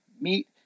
meet